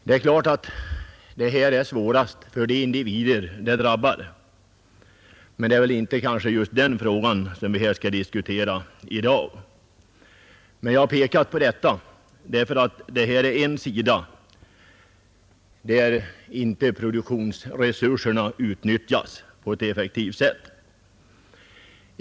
Dessa problem är givetvis svårast för de individer som drabbas, men det är kanske inte just den frågan vi skall diskutera i dag. Jag har emellertid pekat på dessa förhållanden, därför att de visar en sida där inte produktionsresurserna utnyttjas på ett effektivt sätt.